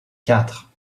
quatre